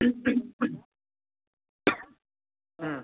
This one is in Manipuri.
ꯑꯪ